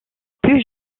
plus